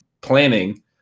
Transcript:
planning